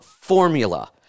formula